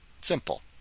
Simple